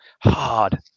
hard